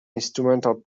instrumental